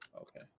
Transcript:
Okay